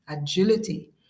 agility